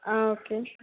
ആ ഓക്കേ